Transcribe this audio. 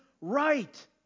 right